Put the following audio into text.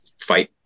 fight